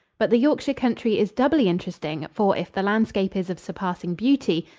but the yorkshire country is doubly interesting, for if the landscape is of surpassing beauty,